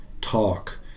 talk